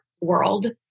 world